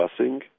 busing